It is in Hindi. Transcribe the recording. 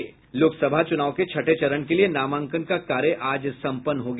लोकसभा चूनाव के छठे चरण के लिए नामांकन का कार्य आज संपन्न हो गया